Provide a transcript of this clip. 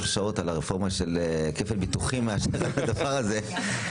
שעות על הרפורמה של כפל ביטוחים מאשר על הנושא הזה.